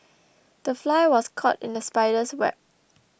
the fly was caught in the spider's web